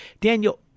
Daniel